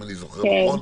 אם אני זוכר נכון,